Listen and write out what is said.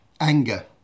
anger